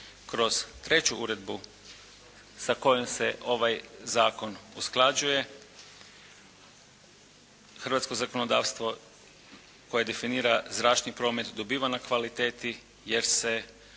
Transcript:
Kroz treću uredbu sa kojom se ovaj zakon usklađuje hrvatsko zakonodavstvo koje definira zračni promet dobiva na kvaliteti jer se